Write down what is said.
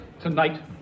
tonight